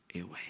away